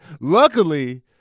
Luckily